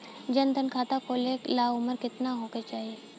जन धन खाता खोले ला उमर केतना होए के चाही?